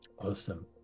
Awesome